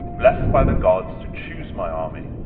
blessed by the gods to choose my army,